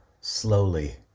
slowly